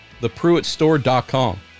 thepruittstore.com